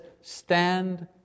stand